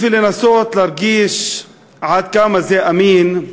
בשביל לנסות להרגיש עד כמה זה אמין,